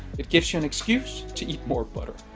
it gives you an excuse to eat more butter.